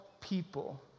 people